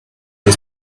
the